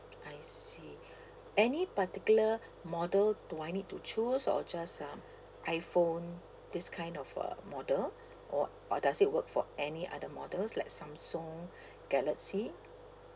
I see any particular model do I need to choose or just um iphone this kind of uh model or or does it work for any other models like samsung galaxy